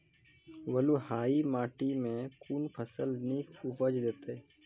बलूआही माटि मे कून फसल नीक उपज देतै?